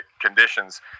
conditions